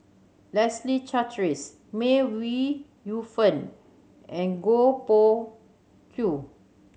Leslie Charteris May Ooi Yu Fen and Goh Koh Pui